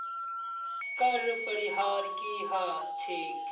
कर परिहार की ह छेक